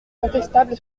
contestable